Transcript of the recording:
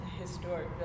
historic